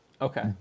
Okay